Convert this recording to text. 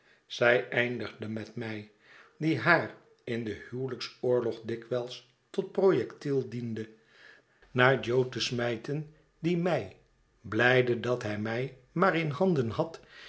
zij eindigde met mij die haar in den huwelijksoorlog dikwijls tot projectiel diende naar jo te smijten die mij blijde dat hij mij maar in handenhad in